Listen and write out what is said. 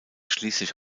schließlich